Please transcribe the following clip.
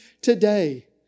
today